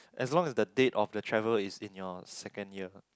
as long as the date of the travel is in your second year